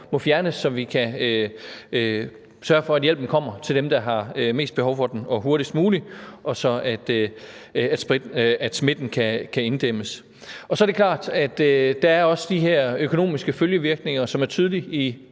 må fjernes, så vi kan sørge for, at hjælpen kommer til dem, der har mest behov for den, og hurtigst muligt, sådan at smitten kan inddæmmes. Og så er det klart, at der også er de her økonomiske følgevirkninger, som er tydelige i